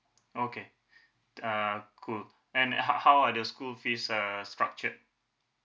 okay uh cool and how how are the school fees err structured